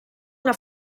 una